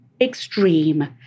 extreme